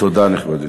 תודה, נכבדי.